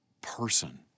person